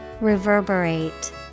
Reverberate